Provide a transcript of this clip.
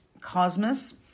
Cosmos